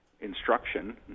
instruction